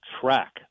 track